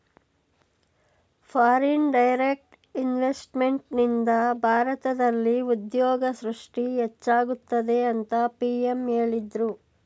foreign direct ಇನ್ವೆಸ್ತ್ಮೆಂಟ್ನಿಂದ ಭಾರತದಲ್ಲಿ ಉದ್ಯೋಗ ಸೃಷ್ಟಿ ಹೆಚ್ಚಾಗುತ್ತದೆ ಅಂತ ಪಿ.ಎಂ ಹೇಳಿದ್ರು